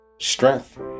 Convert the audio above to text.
strength